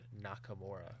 Nakamura